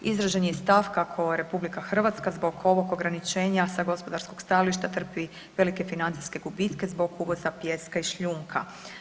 Izražen je i stav kako RH zbog ovog ograničenja sa gospodarskog stajališta trpi velike financijske gubitke zbog uvoza pijeska i šljunka.